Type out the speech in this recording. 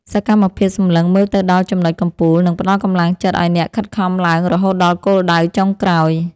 សកម្មភាពសម្លឹងមើលទៅដល់ចំណុចកំពូល នឹងផ្ដល់កម្លាំងចិត្តឱ្យអ្នកខិតខំឡើងរហូតដល់គោលដៅចុងក្រោយ។